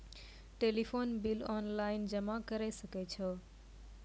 Telephone bill online जमा करै सकै छौ?